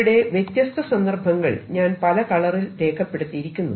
ഇവിടെ വ്യത്യസ്ത സന്ദർഭങ്ങൾ ഞാൻ പല കളറിൽ രേഖപ്പെടുത്തിയിരിയിരിക്കുന്നു